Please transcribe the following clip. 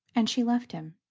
and she left him,